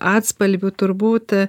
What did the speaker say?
atspalvių turbūt